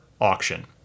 auction